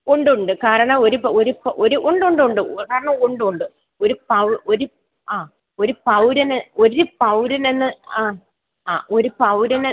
ഉണ്ടുണ്ട് കാരണം ഒരു ഒരു ഒരു ഉണ്ടുണ്ടുണ്ട് കാരണം ഉണ്ടുണ്ട് ഒരു ഒരു ആ ഒരു പൗരന് ഒരു പൗരനെന്ന് അ അ ഒരു പൗരന്